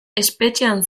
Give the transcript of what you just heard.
espetxean